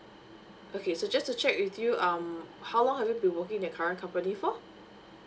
okay so just to check with you um how long have you been working in the current company for